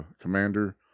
commander